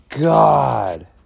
God